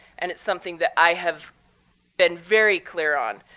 and it's something that i have been very clear on.